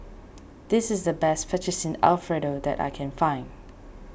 this is the best Fettuccine Alfredo that I can find